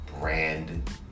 brand